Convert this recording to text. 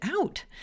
out